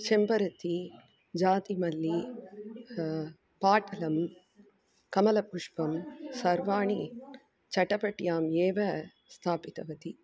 चेम्बरती जातिमली पाटलं कमलपुष्पं सर्वाणि चटपट्याम् एव स्थापितवती